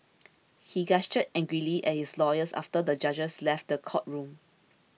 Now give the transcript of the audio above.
he gestured angrily at his lawyers after the judges left the courtroom